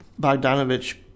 Bogdanovich